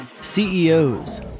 CEOs